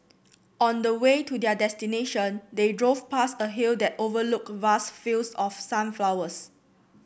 on the way to their destination they drove past a hill that overlooked vast fields of sunflowers